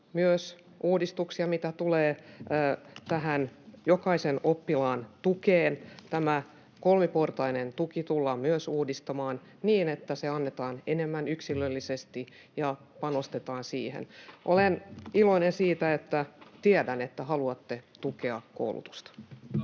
myös uudistuksia mitä tulee tähän jokaisen oppilaan tukeen. Myös tämä kolmiportainen tuki tullaan uudistamaan niin, että se annetaan enemmän yksilöllisesti ja panostetaan siihen. Olen iloinen siitä, että tiedän, että haluatte tukea koulutusta.